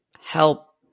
help